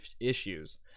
issues